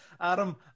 Adam